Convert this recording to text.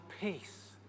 peace